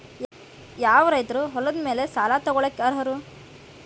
ಯಾವ ರೈತರು ಹೊಲದ ಮೇಲೆ ಸಾಲ ತಗೊಳ್ಳೋಕೆ ಅರ್ಹರು?